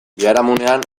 biharamunean